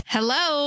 Hello